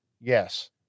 Yes